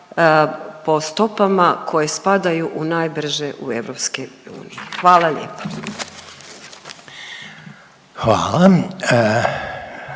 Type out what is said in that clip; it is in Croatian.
po stopama koje spadaju u najbrže u europskim unije. Hvala